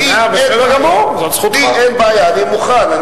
אני מדבר על המתנחלים והוא דיבר על המתנחלים,